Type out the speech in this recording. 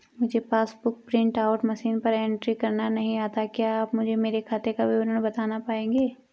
मुझे passbook book print out machine पर entry करना नहीं आता है क्या आप मुझे मेरे खाते का विवरण बताना पाएंगे?